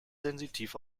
sensitiv